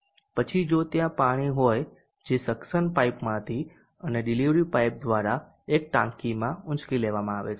પછી જો ત્યાં પાણી હોય જે સક્શન પાઇપમાંથી અને ડિલિવરી પાઇપ દ્વારા એક ટાંકીમાં ઊચકી લેવામાં આવે છે